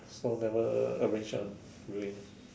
so never arrange ah really